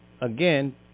again